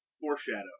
foreshadow